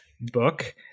book